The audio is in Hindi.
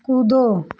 कूदो